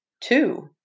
Two